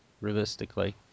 realistically